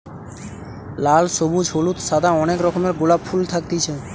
লাল, সবুজ, হলুদ, সাদা অনেক রকমের গোলাপ ফুল থাকতিছে